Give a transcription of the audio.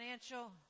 financial